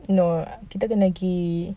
no kita kena pergi